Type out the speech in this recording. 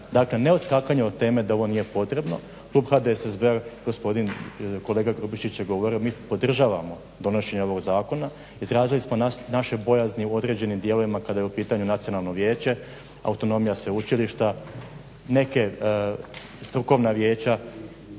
Dakle, ne odskakanje od teme da ovo nije potrebno. Klub HDSSB-a, gospodin kolega Grubišić je govorio mi podržavamo donošenje ovog zakona, izrazili smo naše bojazni u određenim dijelovima kad je u pitanju Nacionalno vijeće, autonomija sveučilišta, strukovna vijeća.